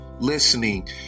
listening